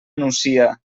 nucia